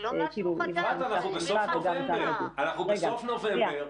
זה לא משהו חדש --- אפרת, אנחנו בסוף נובמבר.